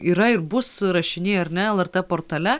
yra ir bus rašiniai ar ne lrt portale